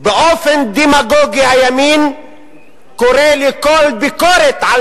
באופן דמגוגי הימין קורא לכל ביקורת על